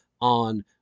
on